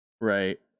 Right